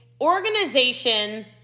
organization